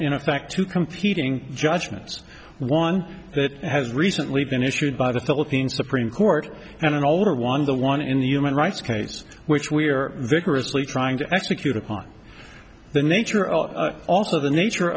in effect two competing judgments one that has recently been issued by the philippine supreme court and an older one the one in the human rights case which we are vigorously trying to execute upon the nature of also the nature